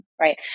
right